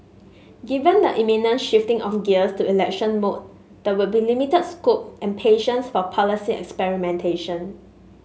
given the imminent shifting of gears to election mode there will be limited scope and patience for policy experimentation